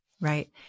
Right